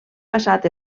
passat